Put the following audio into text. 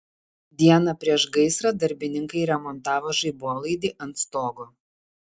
dieną prieš gaisrą darbininkai remontavo žaibolaidį ant stogo